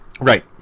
Right